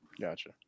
gotcha